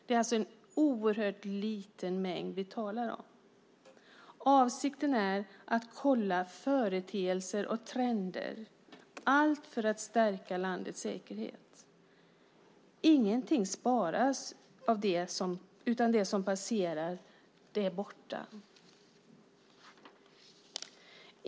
Det är alltså en oerhört liten mängd vi talar om. Avsikten är att kolla företeelser och trender - allt för att stärka landets säkerhet. Ingenting sparas, utan det som passerar är borta.